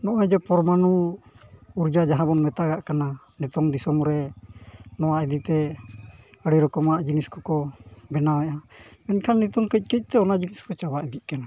ᱱᱚᱜᱼᱚᱸᱭ ᱡᱮ ᱯᱚᱨᱢᱟᱹᱱᱩ ᱩᱨᱡᱟᱹ ᱡᱟᱦᱟᱸ ᱵᱚᱱ ᱢᱮᱛᱟᱜᱟ ᱠᱟᱱᱟ ᱱᱤᱛᱚᱜ ᱫᱤᱥᱚᱢ ᱨᱮ ᱱᱚᱣᱟ ᱤᱫᱤᱛᱮ ᱟᱹᱰᱤ ᱨᱚᱠᱚᱢᱟᱜ ᱡᱤᱱᱤᱥ ᱠᱚ ᱠᱚ ᱵᱮᱱᱟᱣᱮᱜᱼᱟ ᱢᱮᱱᱠᱷᱟᱱ ᱱᱤᱛᱚᱜ ᱠᱟᱹᱡ ᱠᱟᱹᱡᱛᱮ ᱚᱱᱟ ᱡᱤᱱᱤᱥ ᱠᱚ ᱪᱟᱵᱟ ᱤᱫᱤᱜ ᱠᱟᱱᱟ